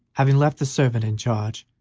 having left the servant in charge,